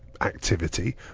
activity